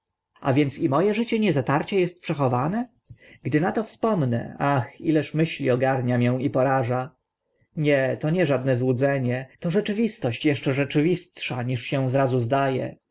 więc i mo e życie niezatarcie est przechowane gdy na to wspomnę ach ileż myśli ogarnia mię i poraża nie to nie żadne złudzenie to rzeczywistość eszcze rzeczywistsza niż się zrazu zda